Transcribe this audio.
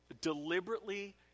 Deliberately